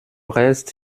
reste